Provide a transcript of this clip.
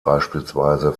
beispielsweise